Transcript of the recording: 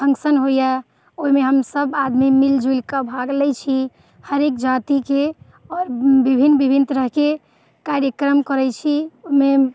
function होइया ओहिमे हमसभ मिल जुलि कऽ भाग लै छी हरेक जाति के आओर बिभिन्न बिभिन्न तरहकेँ कार्यक्रम करै छी ओहिमे